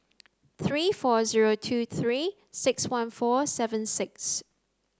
three four zero two three six one four seven six